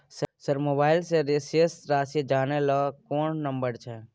Sir mobile से शेस राशि जानय ल कोन नंबर छै?